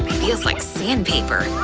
feels like sandpaper.